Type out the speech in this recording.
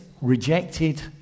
rejected